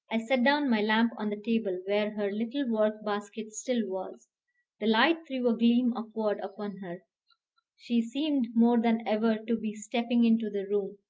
i set down my lamp on the table where her little work-basket still was the light threw a gleam upward upon her she seemed more than ever to be stepping into the room,